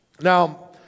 Now